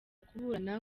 kuburana